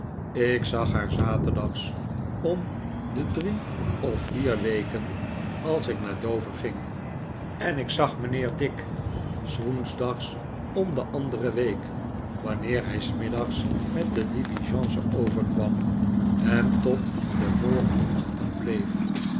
ik zag haar s zaterdags om de drie of vier weken als ik naar dover gang en ik zag mijnheer dick s woensdags om de andere week wanneer hij s middags met de diligence overkwam en tot den volgenden ochtend bleef